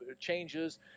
changes